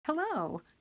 Hello